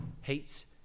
hates